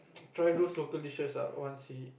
try those local dishes lah once he